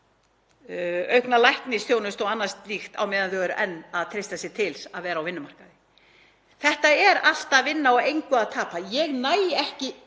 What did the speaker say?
Þetta er allt að vinna og engu að tapa. Ég næ bara